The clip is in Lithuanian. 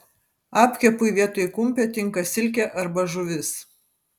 apkepui vietoj kumpio tinka silkė arba žuvis